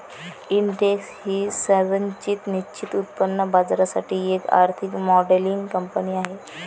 Intex ही संरचित निश्चित उत्पन्न बाजारासाठी एक आर्थिक मॉडेलिंग कंपनी आहे